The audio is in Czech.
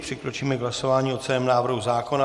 Přikročíme k hlasování o celém návrhu zákona.